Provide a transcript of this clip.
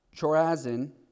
Chorazin